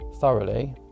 thoroughly